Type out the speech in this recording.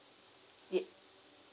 yeah